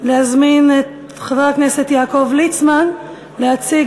להזמין את חבר הכנסת יעקב ליצמן להציג